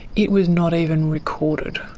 it was not even recorded.